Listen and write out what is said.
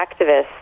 activists